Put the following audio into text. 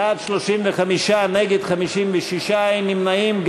בעד, 35, נגד, 56, אין נמנעים.